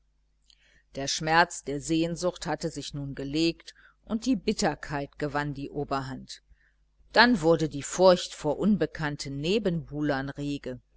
der schmerz der sehnsucht hatte sich nun gelegt und die bitterkeit gewann die oberhand dann wurde die furcht vor unbekannten nebenbuhlern rege